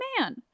man